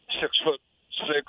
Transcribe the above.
six-foot-six